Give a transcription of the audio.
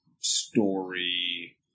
story